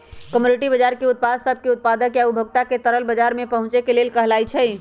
commodity बजार उत्पाद सब के उत्पादक आ उपभोक्ता के तरल बजार में पहुचे के लेल कहलाई छई